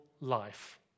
life